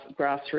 grassroots